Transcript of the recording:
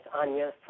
Anya